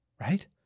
Right